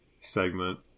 segment